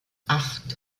acht